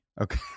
Okay